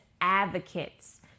advocates